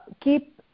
keep